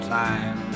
time